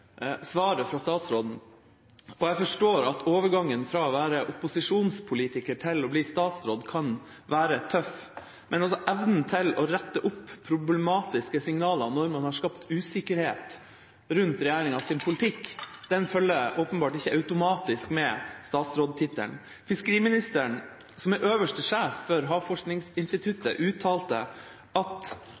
svaret fra statsråden. Jeg forstår at overgangen fra å være opposisjonspolitiker til å bli statsråd kan være tøff, men evnen til å rette opp problematiske signaler når man har skapt usikkerhet rundt regjeringas politikk, følger åpenbart ikke automatisk med statsrådstittelen. Fiskeriministeren, som er øverste sjef for Havforskningsinstituttet, uttalte at